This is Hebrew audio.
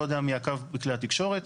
לא יודע מי עקב בכלי התקשורת,